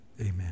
amen